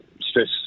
Stress